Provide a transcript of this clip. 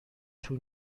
طول